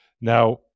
Now